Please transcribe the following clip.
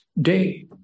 day